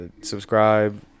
Subscribe